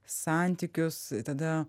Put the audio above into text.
santykius tada